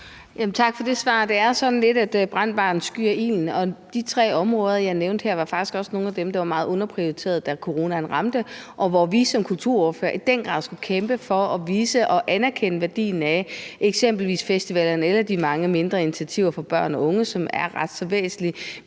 Tak for det svar. Det er sådan lidt, ligesom brændt barn skyr ilden. De tre områder, jeg nævnte her, var faktisk også nogle af dem, der var meget underprioriterede, da coronaen ramte, og hvor vi som kulturordførere i den grad skulle kæmpe for at vise og anerkende værdien af eksempelvis festivalerne eller de mange mindre initiativer for børn og unge, som er ret så væsentlige,